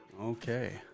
Okay